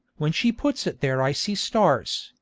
when she puts it there i see stars,